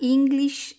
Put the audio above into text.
English